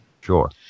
Sure